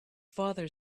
father